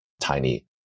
tiny